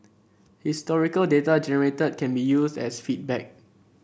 historical data generated can be used as feedback